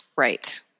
Right